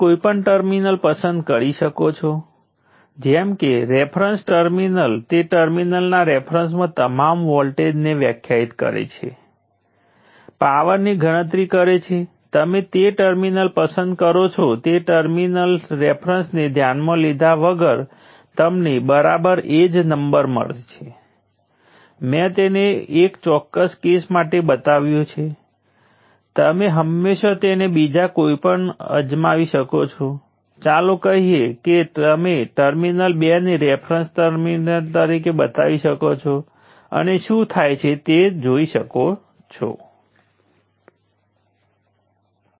અને આ અડધા ગુણ્યા 1 મિલી હેનરી ગુણ્યા IL જે 10 2 એમ્પીયર વર્ગ માટે કરંટમાંથી ચોક્કસપણે વોલ્ટેજ તેમજ પાવર અને એનર્જીની સમાન ગણતરીઓ કરવા માટે સમર્થ હોવા જોઈએ